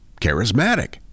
charismatic